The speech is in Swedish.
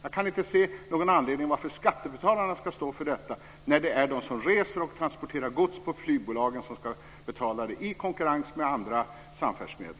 Jag kan inte se någon anledning till att skattebetalarna ska stå för detta när det är de som reser och transporterar gods med flygplanen som ska betala det i konkurrens med andra samfärdsmedel.